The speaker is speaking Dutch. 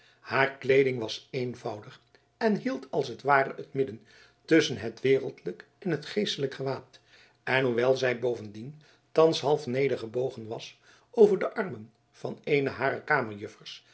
haar kleeding was eenvoudig en hield als het ware het midden tusschen het wereldlijk en geestelijk gewaad en hoewel zij bovendien thans half nedergebogen was over de armen van eene harer